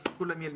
אז כולם ילמדו.